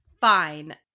Fine